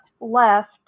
left